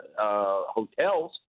hotels